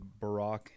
Barack